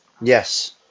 Yes